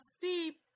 see